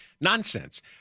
nonsense